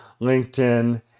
linkedin